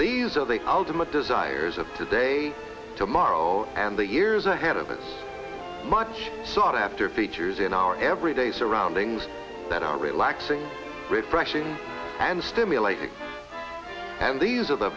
these are the ultimate desires of today tomorrow and the years ahead of its much sought after features in our everyday surroundings that are relaxing refreshing and stimulating and these are the